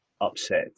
upset